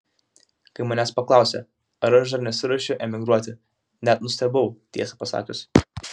kai manęs paklausė ar aš dar nesiruošiu emigruoti net nustebau tiesą pasakius